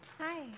Hi